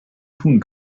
tun